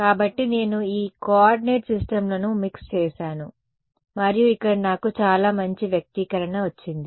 కాబట్టి నేను ఈ కోఆర్డినేట్ సిస్టమ్లను మిక్స్ చేసాను మరియు ఇక్కడ నాకు చాలా మంచి వ్యక్తీకరణ వచ్చింది